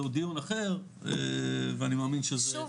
זהו דיון אחר ואני מאמין שזה --- שוב,